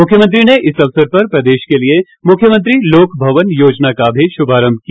मुख्यमंत्री ने इस अवसर पर प्रदेश के लिए मुख्यमंत्री लोक भवन योजना का भी शुभारम्म किया